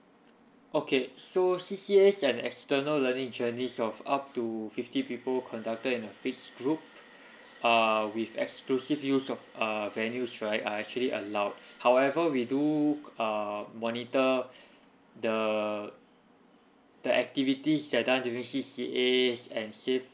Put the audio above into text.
okay so C_C_As and external learning journeys of up to fifty people conducted in a fixed group uh with exclusive use of uh venues right are actually allowed however we do uh monitor the the activities that're done during C_C_As and safe